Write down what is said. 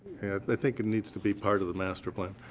i think it needs to be part of the master plan.